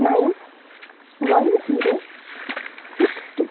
nine one zero six two